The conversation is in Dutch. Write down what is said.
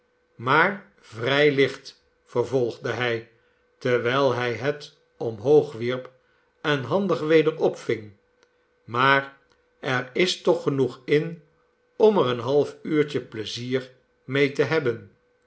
maar vrij licht vervolgde hij terwijl hij het omhoog wierp en handig weder opving maar er is toch genoeg in om er een half uurtje pleizier mee te hebben